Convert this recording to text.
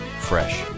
Fresh